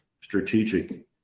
strategic